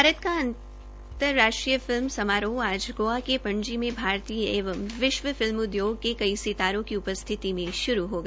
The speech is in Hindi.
भारत का अंतर्राष्ट्रीय फिल्म समारोह आज गोवा के पणजी में भारतीय एवं विश्व फिल्म उद्योग के कई सितारों को उपस्थिति में शुरू हो गया